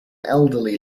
elderly